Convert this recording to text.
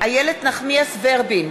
איילת נחמיאס ורבין,